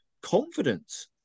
confidence